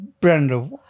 Brenda